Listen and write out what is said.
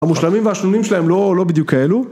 המושלמים והשנונים שלהם לא בדיוק כאלו